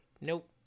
Nope